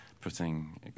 putting